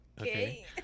Okay